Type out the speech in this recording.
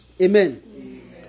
Amen